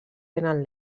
tenen